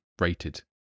rated